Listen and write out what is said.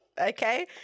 okay